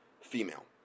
female